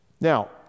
Now